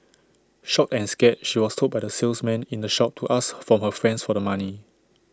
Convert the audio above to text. shocked and scared she was told by the salesman in the shop to ask from her friends for the money